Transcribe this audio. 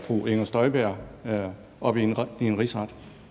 fru Inger Støjberg for en rigsret?